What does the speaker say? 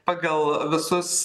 pagal visus